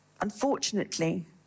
Unfortunately